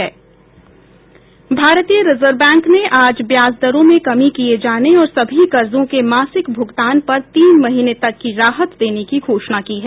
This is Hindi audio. भारतीय रिजर्व बैंक ने आज ब्याज दरों में कमी किए जाने और सभी कर्जों के मासिक भूगतान पर तीन महीने तक की राहत देने की घोषणा की है